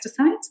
pesticides